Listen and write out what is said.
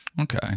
Okay